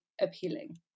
appealing